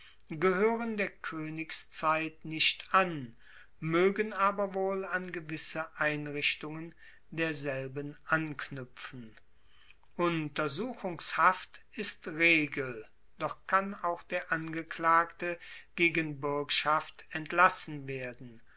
gehoeren der koenigszeit nicht an moegen aber wohl an gewisse einrichtungen derselben anknuepfen untersuchungshaft ist regel doch kann auch der angeklagte gegen buergschaft entlassen werden